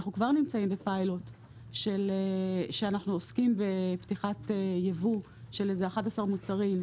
נמצאים בפיילוט שאנחנו עוסקים בפתיחת ייבוא של 11 מוצרים.